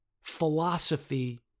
philosophy